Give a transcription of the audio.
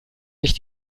sich